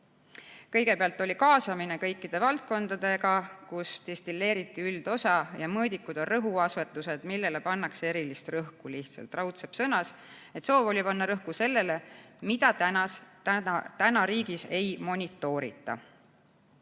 Kõigepealt oli kaasamine kõikide valdkondadega, kus destilleeriti üldosa, ja mõõdikud on rõhuasetused, millele pannakse erilist rõhku. Raudsepp sõnas, et soov oli panna rõhku sellele, mida riigis ei monitoorita.